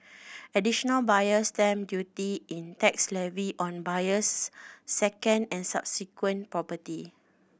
Additional Buyer's Stamp Duty is tax levied on a buyer's second and subsequent property